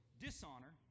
Dishonor